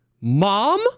mom